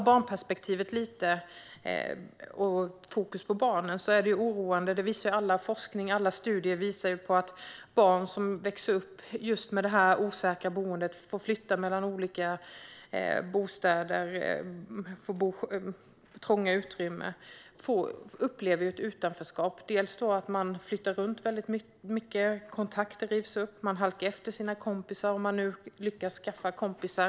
Barnperspektivet sätter fokus på barnen. All forskning och alla studier visar att barn som växer upp i dessa osäkra boenden, som får flytta mellan olika ställen och som får bo i trånga utrymmen upplever ett utanförskap beroende på att de flyttar runt. Kontakter rivs upp, och de halkar efter sina kompisar, om de nu lyckas att skaffa sådana.